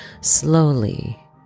slowly